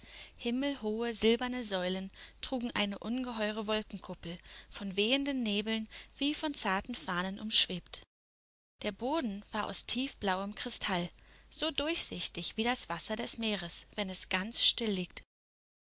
himmelhohe silberne säulen trugen eine ungeheure wolkenkuppel von wehenden nebeln wie von zarten fahnen umschwebt der boden war aus tiefblauem kristall so durchsichtig wie das wasser des meeres wenn es ganz still liegt